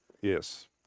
yes